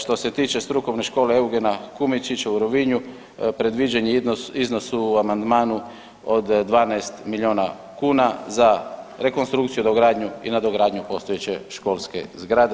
Što se tiče strukovne škole Eugena Kumičića u Rovinju predviđen je iznos u amandmanu od 12 milijuna kuna za rekonstrukciju, dogradnju i nadogradnju postojeće školske zgrade.